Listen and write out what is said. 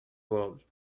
world